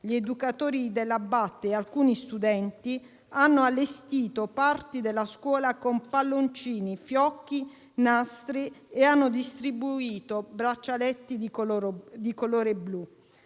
gli educatori e alcuni studenti hanno allestito parti della scuola con palloncini, fiocchi, nastri e hanno distribuito braccialetti di colore blu.